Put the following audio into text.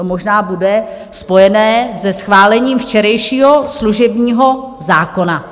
To možná bude spojené se schválením včerejšího služebního zákona.